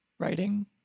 writing